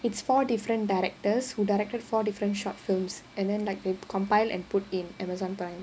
it's four different directors who directed four different short films and then like they compile and put in Amazon Prime